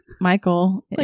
Michael